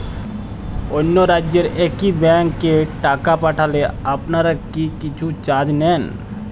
অন্য রাজ্যের একি ব্যাংক এ টাকা পাঠালে আপনারা কী কিছু চার্জ নেন?